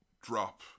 drop